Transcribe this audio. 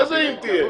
מה זה אם תהיה,